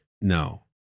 no